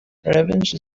revenge